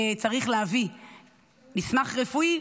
צריך להביא מסמך רפואי,